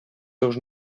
seus